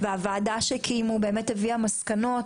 והוועדה שקיימו באמת הביאה מסקנות.